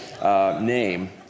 name